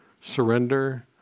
surrender